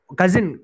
cousin